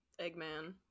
Eggman